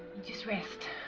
just rest